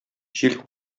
җил